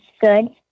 good